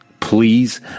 please